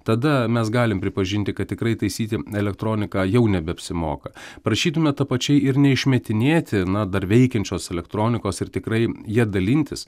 tada mes galim pripažinti kad tikrai taisyti elektroniką jau nebeapsimoka prašytumėme ta pačiai ir neišmetinėti na dar veikiančios elektronikos ir tikrai ja dalintis